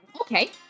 Okay